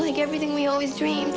like everything we always dream